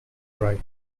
write